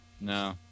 No